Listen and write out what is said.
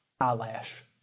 eyelash